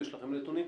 יש לכם נתונים?